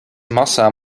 massa